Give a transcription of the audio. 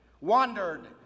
wandered